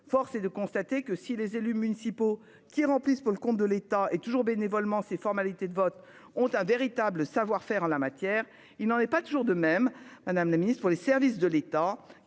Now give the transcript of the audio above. Force est de constater que si les élus municipaux qui remplissent pour le compte de l'État est toujours bénévolement ces formalités de vote ont un véritable savoir-faire en la matière, il n'en est pas toujours de même Madame la Ministre pour les services de l'État